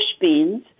beans